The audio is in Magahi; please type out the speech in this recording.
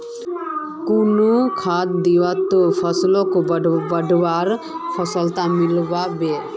कुन खाद दिबो ते फसलोक बढ़वार सफलता मिलबे बे?